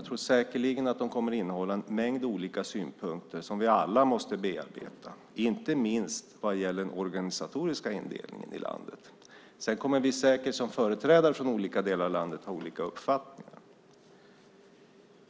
Jag tror att de säkerligen kommer att innehålla en mängd olika synpunkter som vi alla måste bearbeta, inte minst vad gäller den organisatoriska indelningen av landet. Sedan kommer vi säkert som företrädare för olika delar av landet att ha olika uppfattningar.